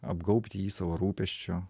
apgaubti jį savo rūpesčiu